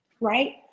right